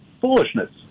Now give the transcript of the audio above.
Foolishness